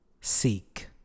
seek